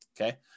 okay